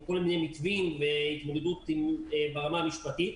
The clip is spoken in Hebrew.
עם כל מיני מתווים והתמודדות ברמה המשפטית,